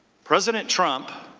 president trump